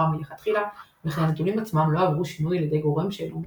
מלכתחילה וכי הנתונים עצמם לא עברו שינוי על ידי גורם שאינו מורשה.